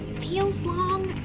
feels long.